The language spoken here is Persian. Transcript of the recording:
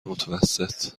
متوسط